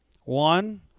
One